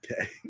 Okay